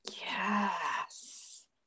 Yes